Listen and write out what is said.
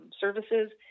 Services